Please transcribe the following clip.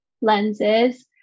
lenses